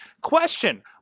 Question